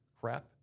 crap